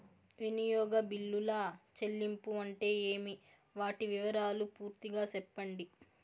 వినియోగ బిల్లుల చెల్లింపులు అంటే ఏమి? వాటి వివరాలు పూర్తిగా సెప్పండి?